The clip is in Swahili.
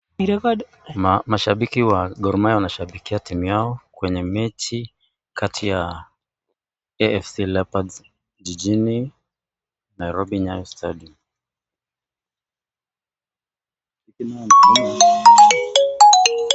Mashabiki wa Gor Mahia wanashabikia timu yao kwenye mechi kati ya AFC Leopards Jijini Nairobi Nyayo Stadium.